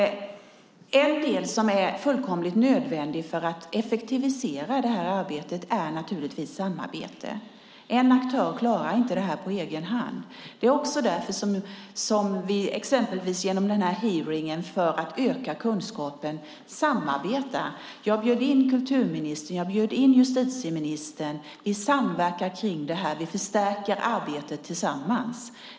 En sak som är fullkomligt nödvändig för att effektivisera det här arbetet är samarbete. En aktör klarar inte detta på egen hand. Det är också därför som vi samarbetar exempelvis genom hearingen för att öka kunskapen. Jag bjöd in kulturministern och justitieministern. Vi samverkar kring detta, vi förstärker arbetet tillsammans.